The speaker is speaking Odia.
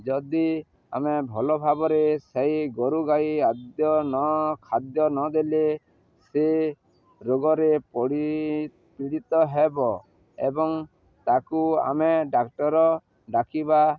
ଯଦି ଆମେ ଭଲ ଭାବରେ ସେଇ ଗୋରୁ ଗାଈ ଆଦ୍ୟ ନ ଖାଦ୍ୟ ନ ଦେଲେ ସେ ରୋଗରେ ପଡ଼ି ପୀଡ଼ିତ ହେବ ଏବଂ ତାକୁ ଆମେ ଡାକ୍ଟର ଡାକିବା